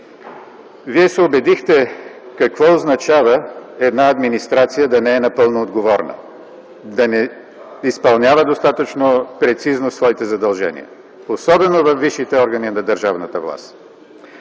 Вие се убедихте какво означава една администрация да не е напълно отговорна, да не изпълнява достатъчно прецизно своите задължения, особено във висшите органи на държавната власт.